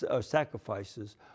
sacrifices